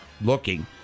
looking